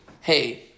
Hey